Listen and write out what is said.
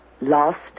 lost